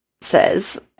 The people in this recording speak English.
Says